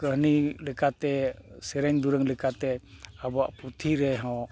ᱠᱟᱹᱢᱤ ᱞᱮᱠᱟᱛᱮ ᱥᱮᱨᱮᱧᱼᱫᱩᱨᱟᱹᱝ ᱞᱮᱠᱟᱛᱮ ᱟᱵᱚᱣᱟᱜ ᱯᱩᱛᱷᱤ ᱨᱮᱦᱚᱸ